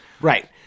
Right